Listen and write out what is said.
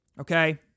Okay